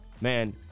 man